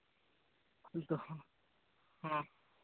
ᱦᱳᱭ ᱛᱚ ᱦᱮᱸ